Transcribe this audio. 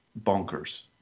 bonkers